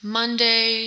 monday